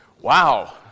Wow